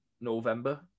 November